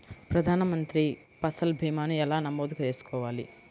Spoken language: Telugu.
ప్రధాన మంత్రి పసల్ భీమాను ఎలా నమోదు చేసుకోవాలి?